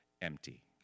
empty